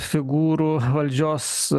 figūrų valdžios